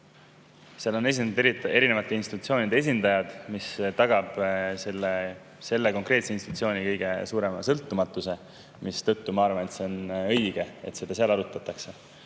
on esindatud erinevate institutsioonide esindajad, mis tagab selle konkreetse institutsiooni kõige suurema sõltumatuse, mistõttu ma arvan, et see on õige, et seda seal arutatakse. Aga